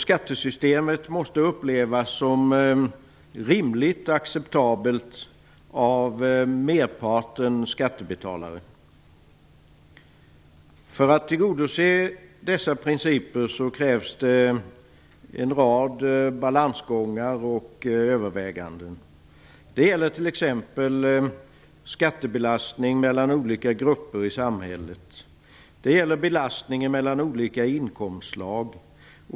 Skattesystemet måste upplevas som rimligt och acceptabelt av merparten skattebetalare. För att tillgodose dessa principer krävs det en rad balansgångar och överväganden. Det gäller t.ex. skattebelastning mellan olika grupper i samhället. Det gäller belastningen mellan olika inkomstslag.